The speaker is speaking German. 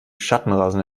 schattenrasen